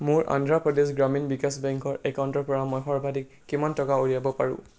মোৰ অন্ধ্ৰ প্ৰদেশ গ্ৰামীণ বিকাশ বেংকৰ একাউণ্টৰ পৰা মই সৰ্বাধিক কিমান টকা উলিয়াব পাৰো